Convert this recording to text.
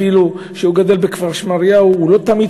אפילו שהוא גדל בכפר-שמריהו הוא לא תמיד